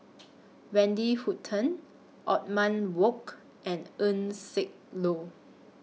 Wendy Hutton Othman Wok and Eng Siak Loy